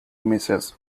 misses